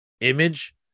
image